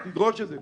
תדרוש את זה.